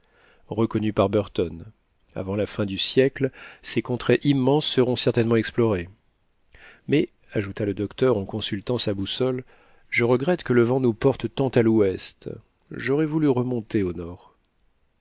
reconnu par burton avant la fin du siècle ces contrées immenses seront certainement explorées mais ajouta le docteur en consultant sa boussole je regrette que le vent nous porte tant à l'ouest j'aurais voulu remonter au nord